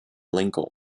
lincoln